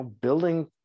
building